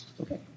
Okay